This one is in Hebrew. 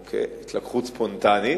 אוקיי, התלקחות ספונטנית.